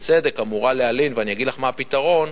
בצדק אמורה להלין, ואני אגיד לך מה הפתרון,